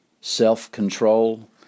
self-control